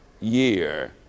year